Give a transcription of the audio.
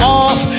off